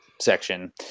section